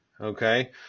okay